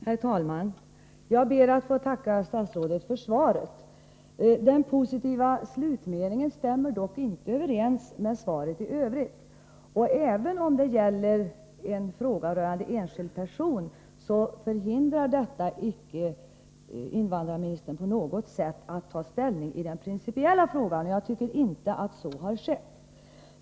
Herr talman! Jag ber att få tacka statsrådet för svaret. Den positiva slutmeningen stämmer dock inte överens med svaret i övrigt. Även om frågan gäller en enskild person hindrar detta icke på något sätt att invandrarministern tar ställning i den principiella frågan. Jag tycker nämligen att så inte har skett.